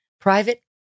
private